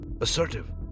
assertive